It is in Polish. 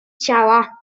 ciała